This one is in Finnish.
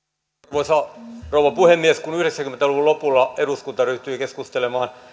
arvoisa rouva puhemies kun yhdeksänkymmentä luvun lopulla eduskunta ryhtyi keskustelemaan